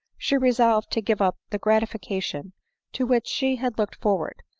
she resolved to give up the grati fication to which she had looked forward,